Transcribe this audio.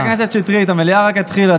חברת הכנסת שטרית, המליאה רק התחילה.